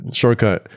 shortcut